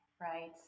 right